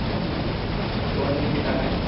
کون سی کتابیں